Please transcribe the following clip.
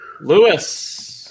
Lewis